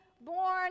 born